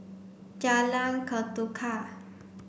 Jalan Ketuka